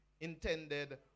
intended